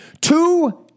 two